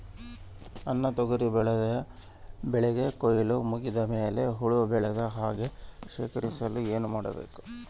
ನನ್ನ ತೊಗರಿ ಬೆಳೆಗೆ ಕೊಯ್ಲು ಮುಗಿದ ಮೇಲೆ ಹುಳು ಬೇಳದ ಹಾಗೆ ಶೇಖರಿಸಲು ಏನು ಮಾಡಬೇಕು?